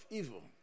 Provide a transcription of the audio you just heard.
evil